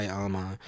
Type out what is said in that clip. alma